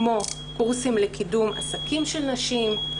כמו קורסים לקידום עסקים של נשים,